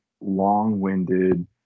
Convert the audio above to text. long-winded